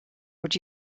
would